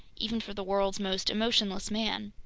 even for the world's most emotionless man.